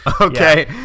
Okay